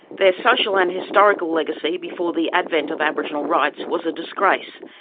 their social and historical legacy before the advent of aboriginal rights was a disgrace,